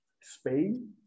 Spain